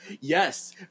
Yes